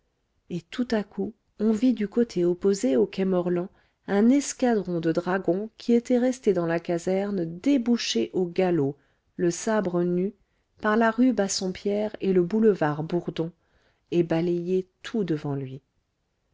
et tout à coup on vit du côté opposé au quai morland un escadron de dragons qui était resté dans la caserne déboucher au galop le sabre nu par la rue bassompierre et le boulevard bourdon et balayer tout devant lui